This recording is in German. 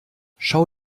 schau